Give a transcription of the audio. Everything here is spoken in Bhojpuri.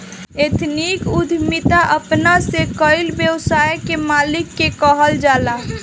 एथनिक उद्यमिता अपना से कईल व्यवसाय के मालिक के कहल जाला